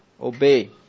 obey